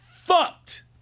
fucked